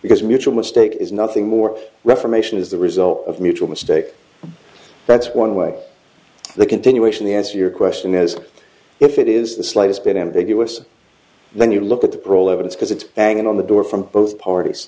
because mutual mistake is nothing more reformation is the result of mutual mistake that's one way the continuation the answer your question is if it is the slightest bit ambiguous when you look at the pro level it's because it's banging on the door from both parties